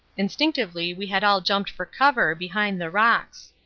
instinctively we had all jumped for cover, behind the rocks.